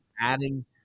adding